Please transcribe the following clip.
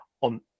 on